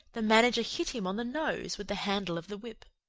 the manager hit him on the nose with the handle of the whip.